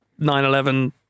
9-11